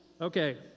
Okay